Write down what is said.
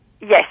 Yes